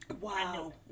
Wow